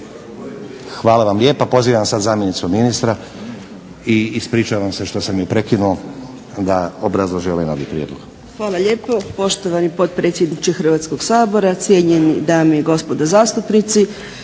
Hvala vam lijepa. Pozivam sad zamjenicu ministra i ispričavam se što sam je prekinuo da obrazloži ovaj novi prijedlog. **Mrak-Taritaš, Anka** Hvala lijepo. Poštovani potpredsjedniče Hrvatskog sabora, cijenjeni dame i gospodo zastupnici